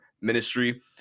ministry